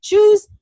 Choose